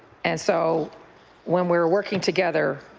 and so when we're working together